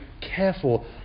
careful